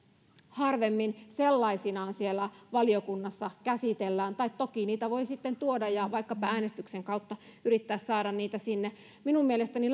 harvemmin sellaisinaan siellä valiokunnassa käsitellään tai toki niitä voi sitten tuoda ja vaikkapa äänestyksen kautta yrittää saada sinne minun mielestäni